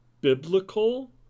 biblical